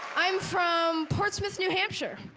i'm from portsmouth new hampshire,